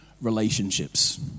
relationships